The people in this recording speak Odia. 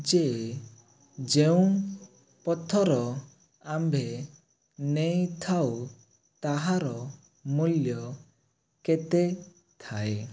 ଯେ ଯେଉଁ ପଥର ଆମ୍ଭେ ନେଇଥାଉ ତାହା ମୂଲ୍ୟ କେତେ ଥାଏ